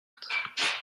cartes